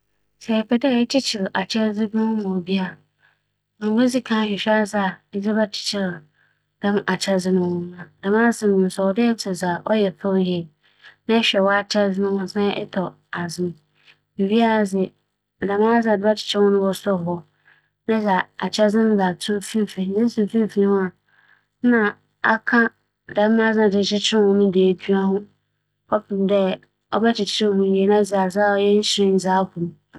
Sɛ epɛ dɛ ekyekyer akyɛdze bi ho ma ͻyɛ fɛw yie a, kwan a ebɛfa do ayɛ nye dɛ, odzi kan no, ͻwͻ dɛ adze a edze bɛkyekyer ho noara mpo ͻyɛ fɛw na adze so a edze besi mu akyekyer no so ͻyɛ fɛw. Na ibͻhwɛ mbrɛ akyɛdze no ne yɛbea tse na ahwɛ ho dze atͻ adze a edze bɛkyekyer ho. Onnyi dɛ ekyekyer ma ͻyɛ kufuu pii, ͻwͻ dɛ mframa fa ho.